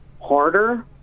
harder